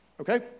okay